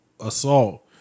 assault